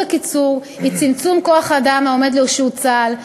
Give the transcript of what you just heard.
הקיצור היא צמצום כוח-האדם העומד לרשות צה"ל,